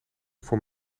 voor